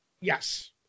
Yes